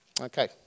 Okay